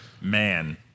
Man